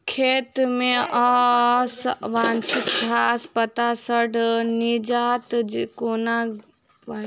खेत मे अवांछित घास पात सऽ निजात कोना पाइल जाइ?